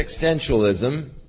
existentialism